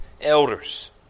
elders